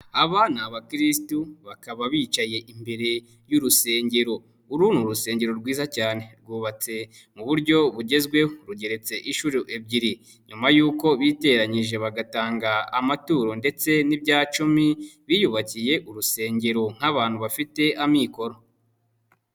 Abana ni abakirisitu bakaba bicaye imbere y'urusengero, uru ni urusengero rwiza cyane, rwubatse mu buryo bugezweho rugeretse inshuro ebyiri, nyuma yuko biteranyije bagatanga amaturo ndetse n'ibya cumi biyubakiye urusengero nk'abantu bafite amikoro.